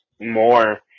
more